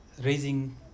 raising